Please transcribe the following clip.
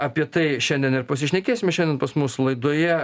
apie tai šiandien ir pasišnekėsime šiandien pas mus laidoje